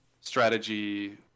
strategy